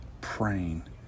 praying